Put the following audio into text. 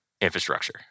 infrastructure